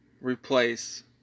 Replace